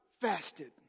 fasted